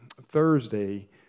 Thursday